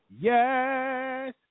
Yes